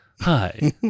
Hi